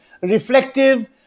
reflective